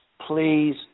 please